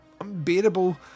unbearable